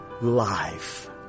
life